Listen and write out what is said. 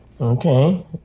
Okay